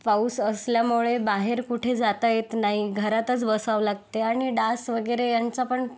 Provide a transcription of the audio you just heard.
पाऊस असल्यामुळे बाहेर कुठे जाता येत नाही घरातच बसावं लागते आणि डास वगैरे यांचा पण